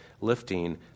lifting